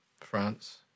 France